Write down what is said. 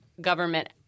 government